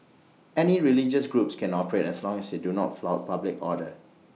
any religious groups can operate as long as they do not flout public order